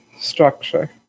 structure